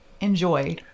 enjoy